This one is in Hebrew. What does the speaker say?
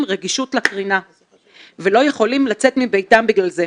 רגישות לקרינה ולא יכולים לצאת מביתם בגלל זה,